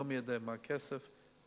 זה לא מי יודע כמה כסף צריך.